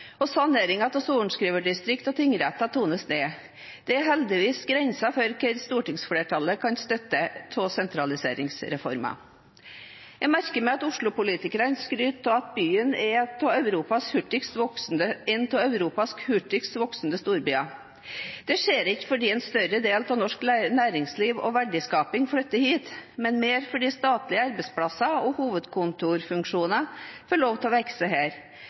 og saneringen av sorenskriverdistrikt og tingretter tones ned. Det er heldigvis grenser for hva stortingsflertallet kan støtte av sentraliseringsreformer. Jeg merker meg at Oslo-politikerne skryter av at byen er en av Europas hurtigst voksende storbyer. Det skjer ikke fordi en større del av norsk næringsliv og verdiskaping flytter hit, men mer fordi statlige arbeidsplasser og hovedkontorfunksjoner får lov til å vokse her.